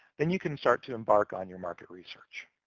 then you can start to embark on your market research.